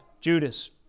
Judas